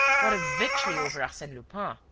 what a victory over arsene lupin!